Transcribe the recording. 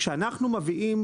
כשאנחנו מביאים